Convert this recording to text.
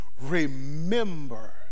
remember